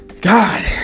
god